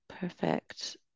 perfect